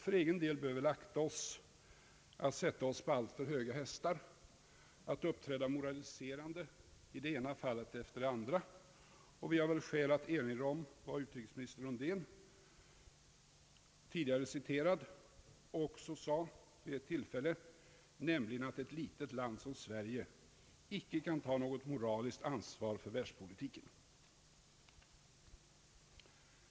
För egen del bör vi akta oss för att sätta oss på alltför höga hästar, att uppträda moraliserande i det ena fallet efter det andra. Det finns skäl att erinra om vad utrikesminister Undén, tidigare citerad, också sade vid ett tillfälle, nämligen att ett litet land som Sverige icke kan ta något moraliskt ansvar för världspolitiken.